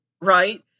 right